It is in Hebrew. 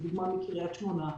מקריית שמונה,